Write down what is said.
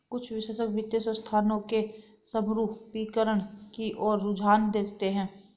कुछ विशेषज्ञ वित्तीय संस्थानों के समरूपीकरण की ओर रुझान देखते हैं